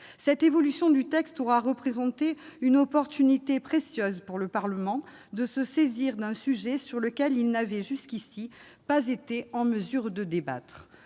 Cette évolution du texte aura représenté une précieuse occasion pour le Parlement de se saisir d'un sujet sur lequel il n'avait jusqu'ici pas été en mesure de débattre.